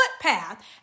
footpath